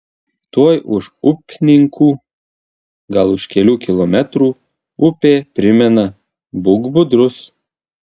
tuoj už upninkų gal už kelių kilometrų upė primena būk budrus